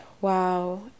wow